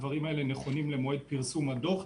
הדברים האלה נכונים למועד פרסום הדוח.